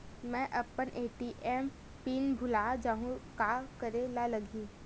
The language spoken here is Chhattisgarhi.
मैं अपन ए.टी.एम पिन भुला जहु का करे ला लगही?